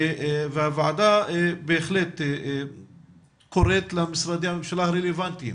הוועדה בהחלט קוראת למשרדי הממשלה הרלוונטיים